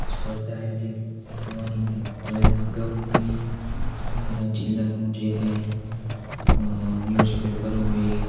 સ્પર્ધા આયોજિત થવાની હોય તો એના અગાઉથી અમારા જીલ્લાનું જે કંઈ ન્યૂઝ પેપરો હોય